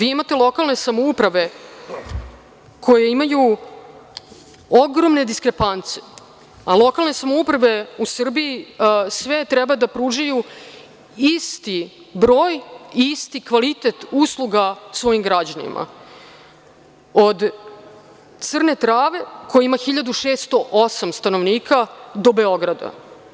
Imate lokalne samouprave koje imaju ogromne diskrepance, a lokalne samouprave u Srbiji treba da pružaju isti broj, isti kvalitet usluga svojim građanima, od Crne Trave koja ima 1.608 stanovnika do Beograda.